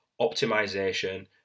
optimization